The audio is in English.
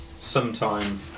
sometime